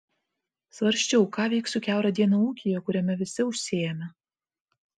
svarsčiau ką veiksiu kiaurą dieną ūkyje kuriame visi užsiėmę